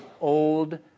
old